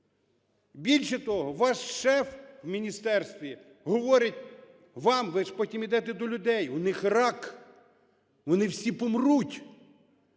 Більше того, ваш шеф у міністерстві говорить вам, ви ж потім ідете до людей: "У них рак, вони всі помруть".